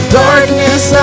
darkness